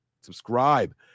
Subscribe